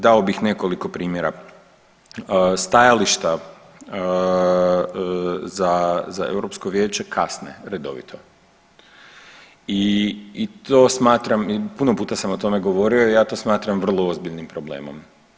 Dao bih nekoliko prijava, stajališta za Europsko vijeće kasne redovito i to smatra i puno puta sam o tome govorio i ja to smatram vrlo ozbiljnim problemom.